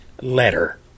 letter